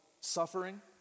suffering